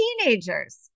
teenagers